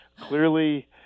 Clearly